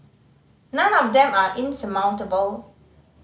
none of them are insurmountable